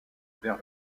vers